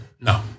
No